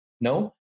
No